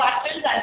questions